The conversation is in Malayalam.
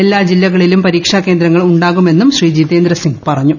എല്ലാ ജില്ലകളിലും പരീക്ഷാ കേന്ദ്രങ്ങൾ ഉണ്ടാകുമെന്നും ശ്രീ ് ജിതേന്ദ്ര സിങ് പറഞ്ഞു